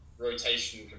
rotation